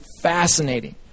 fascinating